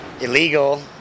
illegal